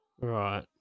Right